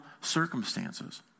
circumstances